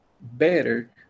better